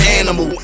animal